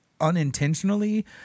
unintentionally